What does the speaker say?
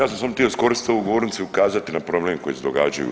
Ja sam samo htio iskoristiti ovu govornicu i ukazati na problem koji se događaju.